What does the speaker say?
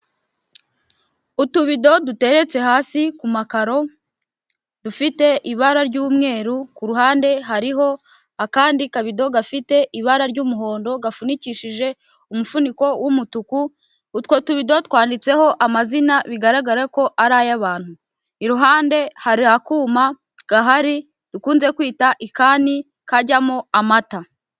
Utubido dutereretse hasi ku makaro dufite ibara ry'umweru, ku ruhande hariho akandi kabido gafite ibara ry'umuhondo gafunikishije umufuniko w'umutuku, utwo tubido twanditseho amazina bigaragara ko ari ay'abantu, iruhande hari akuma gahari dukunze kwita ikani kajyamo amata.